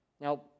Now